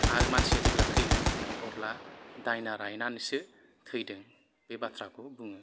आरो मानसिया जेब्ला थैगोन अब्ला दायना रायनानैसो थैदों बे बाथ्राखौ बुङो